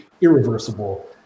irreversible